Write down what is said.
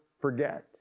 forget